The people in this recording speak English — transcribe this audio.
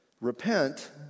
Repent